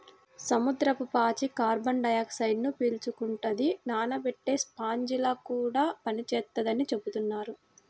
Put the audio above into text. సముద్రపు పాచి కార్బన్ డయాక్సైడ్ను పీల్చుకుంటది, నానబెట్టే స్పాంజిలా కూడా పనిచేత్తదని చెబుతున్నారు